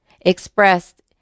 expressed